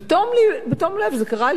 זה קרה לי כל כך הרבה פעמים,